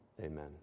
amen